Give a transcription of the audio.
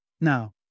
Now